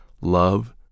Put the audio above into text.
love